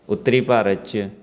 ਉੱਤਰੀ ਭਾਰਤ 'ਚ